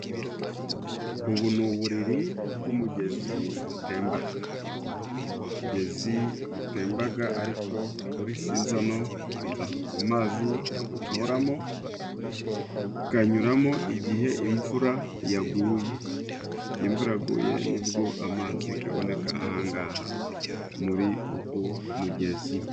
Ubu n'uburiri bw'umugezi gutembaga umugezi gutembaga ariko kuri sizono Kuta amazi ntago gahoramo ganyuramo igihe imvura yaguye igihe imvura yaguye nibwo amazi gaboneka ahangaha muri ugu mugezi.